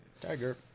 Tiger